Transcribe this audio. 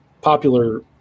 popular